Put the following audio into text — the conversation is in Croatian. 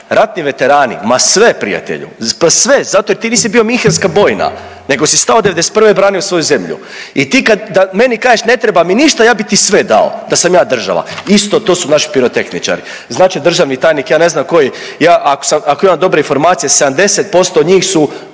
ratni veterani, ma sve prijatelju, pa sve zato jer ti nisi bio Minhenska bojna nego si stao '91. i branio svoju zemlju i ti kad, da meni kažeš ne treba mi ništa, ja bi ti sve dao da sam ja država isto, to su naši pirotehničari. Znači državni tajnik, ja ne znam koji, ja ako sam, ako imam dobre informacije 70% njih su